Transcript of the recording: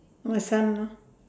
my son lor